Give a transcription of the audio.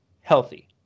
healthy